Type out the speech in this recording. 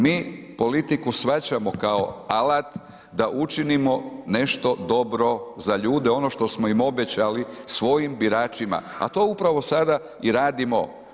Mi politiku shvaćamo kao alat da učinimo nešto dobro za ljude, ono što smo im obećali, svojim biračima, a to upravo sada i radimo.